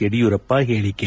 ಯಡಿಯೂರಪ್ಪ ಹೇಳಿಕೆ